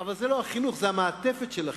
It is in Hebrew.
אבל זה לא החינוך, זה המעטפת שלו.